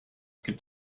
gibt